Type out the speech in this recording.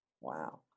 Wow